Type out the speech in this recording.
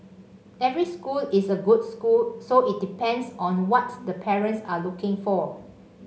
every school is a good school so it depends on what the parents are looking for